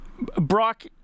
Brock